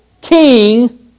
king